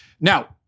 Now